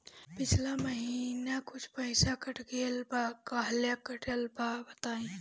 पिछला महीना कुछ पइसा कट गेल बा कहेला कटल बा बताईं?